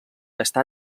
està